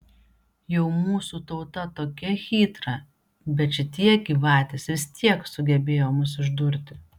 jau mūsų tauta tokia chytra bet šitie gyvatės vis tiek sugebėjo mus išdurti